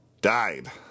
died